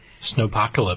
Snowpocalypse